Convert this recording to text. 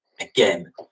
Again